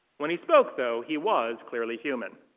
when he spoke, though, he was clearly human.